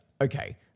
Okay